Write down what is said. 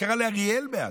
מה קרה לאריאל מאז?